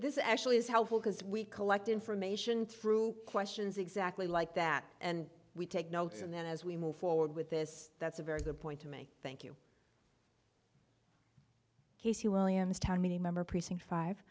this actually is helpful because we collect information through questions exactly like that and we take notes and then as we move forward with this that's a very good point to make thank you casey williams tommy member precinct five